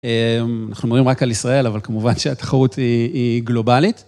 אמ.. אנחנו מדברים רק על ישראל, אבל כמובן שהתחרות היא היא גלובלית.